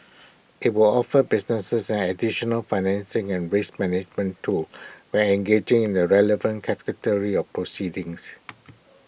IT will offer businesses an additional financing and risk management tool when engaging in the relevant of proceedings